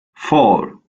four